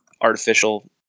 artificial